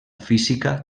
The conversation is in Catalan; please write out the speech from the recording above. física